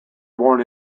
born